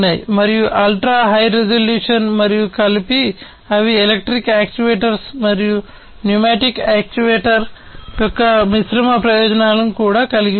మరియు ultra high resolution మరియు కలిపి అవి ఎలక్ట్రిక్ యాక్యుయేటర్స్ మరియు న్యూమాటిక్ యాక్యుయేటర్ యొక్క మిశ్రమ ప్రయోజనాలను కూడా కలిగి ఉంటాయి